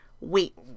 wait